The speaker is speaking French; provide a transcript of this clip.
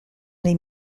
les